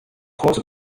cause